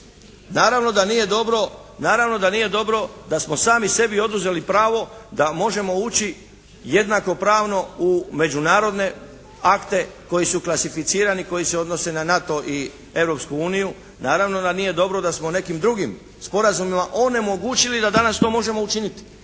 naravno da nije dobro da smo sami sebi oduzeli pravo da možemo ući jednakopravno u međunarodne akte koji su klasificirani, koji se odnose na NATO i Europsku uniju. Naravno da nije dobro da smo nekim drugim sporazumima onemogućili da danas to možemo učiniti.